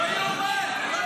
זה לא ייאמן.